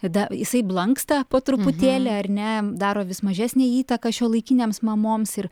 tada jisai blanksta po truputėlį ar ne daro vis mažesnę įtaką šiuolaikinėms mamoms ir